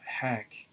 heck